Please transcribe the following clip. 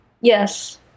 Yes